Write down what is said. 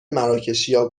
مراکشیا